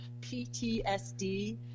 ptsd